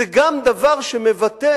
זה גם דבר שמבטא